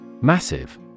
Massive